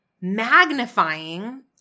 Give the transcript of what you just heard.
magnifying